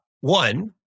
one